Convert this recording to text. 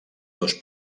dos